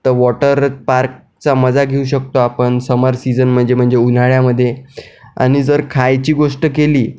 तर वॉटरपार्कचा मजा घेऊ शकतो आपण समर सीजन म्हणजे म्हणजे उन्हाळ्यामध्ये आणि जर खायची गोष्ट केली